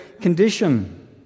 condition